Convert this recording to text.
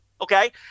Okay